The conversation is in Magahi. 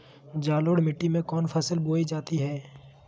जलोढ़ मिट्टी में कौन फसल बोई जाती हैं?